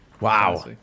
Wow